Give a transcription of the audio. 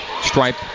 stripe